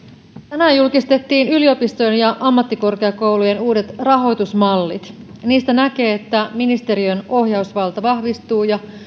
tänään julkistettiin yliopistojen ja ammattikorkeakoulujen uudet rahoitusmallit niistä näkee että ministeriön ohjausvalta vahvistuu ja